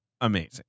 amazing